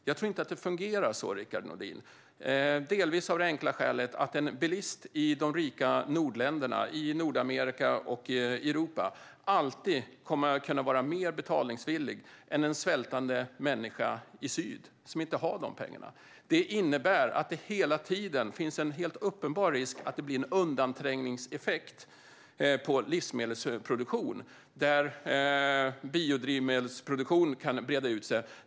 Jag tror inte att det fungerar så, Rickard Nordin, delvis av det enkla skälet att en bilist i de rika nordländerna i Nordamerika och Europa alltid kommer att kunna vara mer betalningsvillig än en svältande människa i syd som inte har dessa pengar. Det innebär att det hela tiden finns en helt uppenbar risk för en undanträngningseffekt på livsmedelsproduktion där biodrivmedelsproduktion i stället kan breda ut sig.